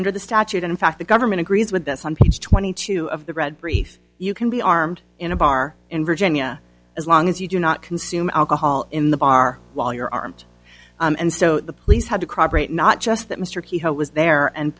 under the statute in fact the government agrees with this on page twenty two of the red brief you can be armed in a bar in virginia as long as you do not consume alcohol in the bar while you're armed and so the police had to cry break not just that mr keyhole was there and